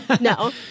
no